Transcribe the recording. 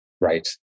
Right